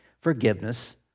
forgiveness